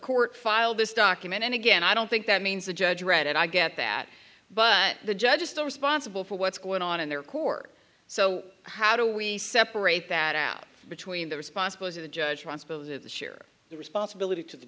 court filed this document and again i don't think that means the judge read it i get that but the judge is still responsible for what's going on in their court so how do we separate that out between the responsible as a judge transposer the share the responsibility to the